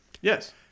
Yes